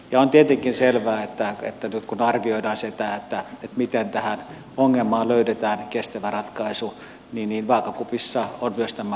on tietenkin selvää että nyt kun arvioidaan sitä miten tähän ongelmaan löydetään kestävä ratkaisu niin vaakakupissa on myös tämä ulottuvuus joka on erittäin merkittävä